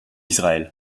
israël